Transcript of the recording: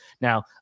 Now